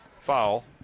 Foul